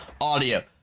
Audio